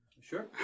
Sure